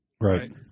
Right